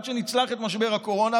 עד שנצלח את משבר הקורונה,